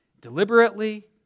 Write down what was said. deliberately